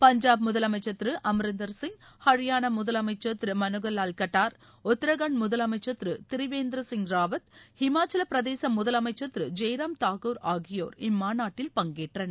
பஞ்சாப் முதலமைச்சர் திரு அமரிந்தர் சிங் ஹரியானா முதலமைச்சர் திரு மனோகர் வால் கட்டார் உத்ராகண்ட் முதலமைச்சர் திரு திரிவேந்திர சிங் ராவத் ஹிமாச்சவப்பிரதேச முதலமைச்சர் திரு ஜெய் ராம் தாக்கூர் ஆகியோர் இம்மாநாட்டில் பங்கேற்றனர்